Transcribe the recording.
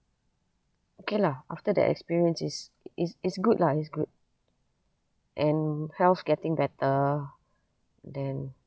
okay lah after the experiences is is is good lah is good and health getting better then